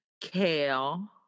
kale